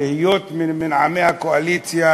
ליהנות ממנעמי הקואליציה,